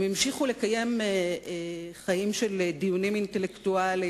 הם המשיכו לקיים חיים של דיונים אינטלקטואליים